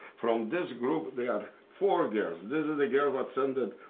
from this group, there are four girls. this is the girl what send it.